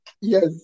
Yes